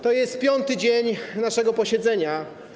To jest piąty dzień naszego posiedzenia.